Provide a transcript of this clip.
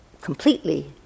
completely